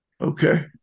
Okay